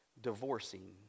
divorcing